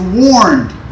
warned